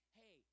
hey